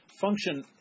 function